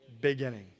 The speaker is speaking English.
beginning